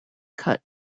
cut